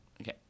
Okay